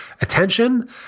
attention